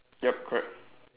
yup correct